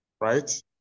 right